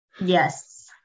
Yes